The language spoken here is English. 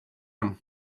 him